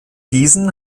diesen